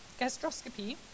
gastroscopy